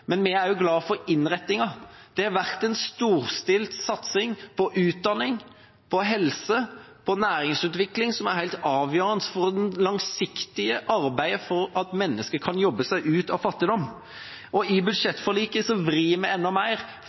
men vi er også glad for innretningen. Det har vært en storstilt satsing på utdanning, på helse og på næringsutvikling, som er helt avgjørende for det langsiktige arbeidet for at mennesker skal kunne jobbe seg ut av fattigdom. I budsjettforliket vrir vi enda mer